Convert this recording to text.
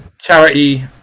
charity